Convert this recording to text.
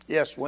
Yes